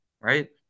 right